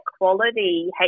quality